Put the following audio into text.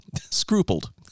scrupled